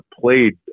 played